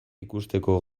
ikusteko